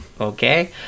okay